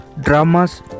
dramas